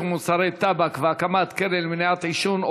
ומוצרי טבק והקמת קרן למניעת עישון,